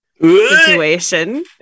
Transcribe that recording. situation